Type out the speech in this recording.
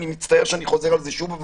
ואני מצטער שאני חוזר על זה שוב.